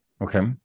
Okay